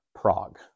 Prague